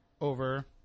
over